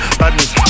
badness